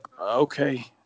okay